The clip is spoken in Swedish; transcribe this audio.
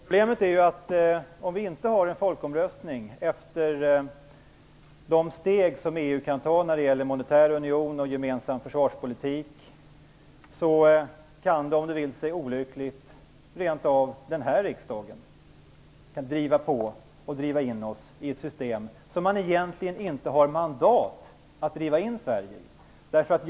Herr talman! Problemet är att om vi inte har en folkomröstning efter de steg som EU kan ta när det gäller monetär union och gemensam försvarspolitik kan, om det vill sig olyckligt, rent av den här riksdagen driva oss in i ett system som man egentligen inte har mandat att föra in Sverige i.